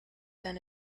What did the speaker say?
than